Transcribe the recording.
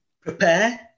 prepare